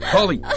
Holly